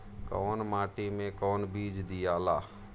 कौन माटी मे कौन बीज दियाला?